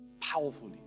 powerfully